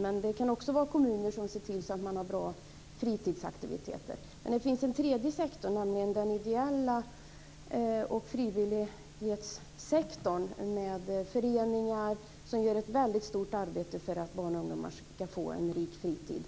Men det kan också vara kommuner som ser till att de har bra fritidsaktiviteter. Men det finns en tredje sektor, nämligen den ideella och frivilliga sektorn, med föreningar som gör ett väldigt stort arbete för att barn och ungdomar ska få en rik fritid.